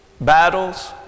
battles